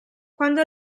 quando